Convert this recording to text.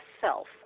self